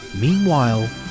Meanwhile